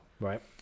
right